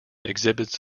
exhibits